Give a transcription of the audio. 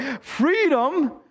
freedom